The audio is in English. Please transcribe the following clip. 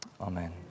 Amen